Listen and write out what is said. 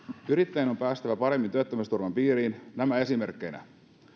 yrittäjän on päästävä paremmin työttömyysturvan piiriin nämä esimerkkeinä